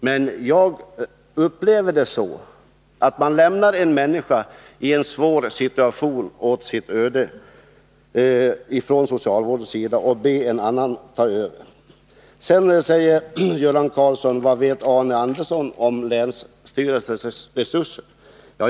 Men jag upplever det så att man från socialvårdens sida lämnar en människa i en svår situation åt sitt öde och ber en annan instans ta över. Sedan frågar Göran Karlsson: Vad vet Arne Andersson om länsstyrelsernas resurser?